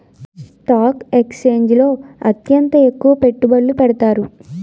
stock ఎక్స్చేంజిల్లో అత్యంత ఎక్కువ పెట్టుబడులు పెడతారు